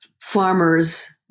farmers